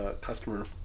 customer